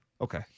Okay